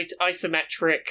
isometric